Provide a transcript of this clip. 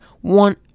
one